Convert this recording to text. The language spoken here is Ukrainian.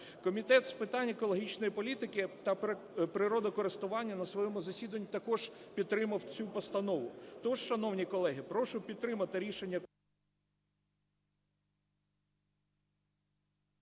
Комітет з питань екологічної політики та природокористування на своєму засіданні також підтримав цю постанову, тож, шановні колеги, прошу підтримати рішення…